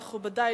מכובדי,